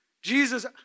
Jesus